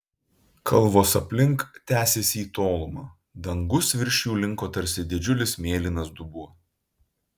kalvos aplink tęsėsi į tolumą dangus virš jų linko tarsi didžiulis mėlynas dubuo